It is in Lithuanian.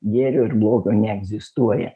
gėrio ir blogio neegzistuoja